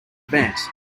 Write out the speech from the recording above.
event